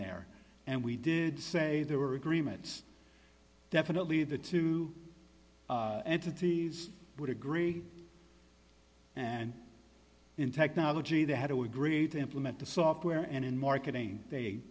there and we did say there were agreements definitely the two entities would agree and in technology they had to agree to implement the software and in marketing they